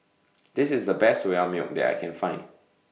This IS The Best Soya Milk that I Can Find